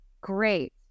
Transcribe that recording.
Great